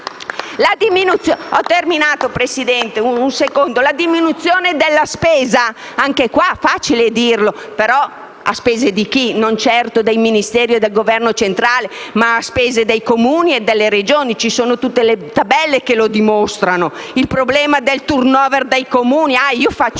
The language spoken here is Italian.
la diminuzione della spesa, anche qua è facile dirlo. Però a spese di chi? Non certo dei Ministeri e del Governo centrale, ma a spese dei Comuni e delle Regioni; ci sono tutte le tabelle che lo dimostrano. C'è il problema del *turnover* dei Comuni; a causa